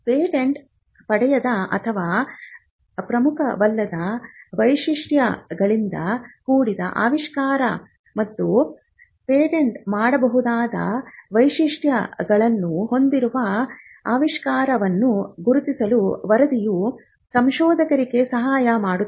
patent ಪಡೆಯದ ಅಥವಾ ಪ್ರಮುಖವಲ್ಲದ ವೈಶಿಷ್ಟ್ಯಗಳಿಂದ ಕೂಡಿದ ಆವಿಷ್ಕಾರ ಮತ್ತು ಪೇಟೆಂಟ್ ಮಾಡಬಹುದಾದ ವೈಶಿಷ್ಟ್ಯಗಳನ್ನು ಹೊಂದಿರುವ ಆವಿಷ್ಕಾರವನ್ನು ಗುರುತಿಸಲು ವರದಿಯು ಸಂಶೋಧಕರಿಗೆ ಸಹಾಯ ಮಾಡುತ್ತದೆ